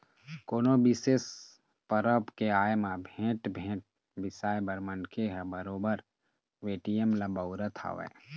कोनो बिसेस परब के आय म भेंट, भेंट बिसाए बर मनखे ह बरोबर पेटीएम ल बउरत हवय